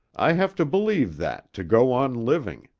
i have to believe that to go on living.